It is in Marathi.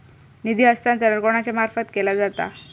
निधी हस्तांतरण कोणाच्या मार्फत केला जाता?